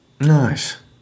nice